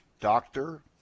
doctor